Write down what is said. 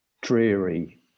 dreary